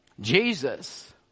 Jesus